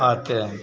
आते हैं